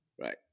right